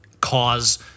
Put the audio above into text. cause